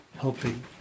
helping